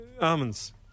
Almonds